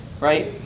right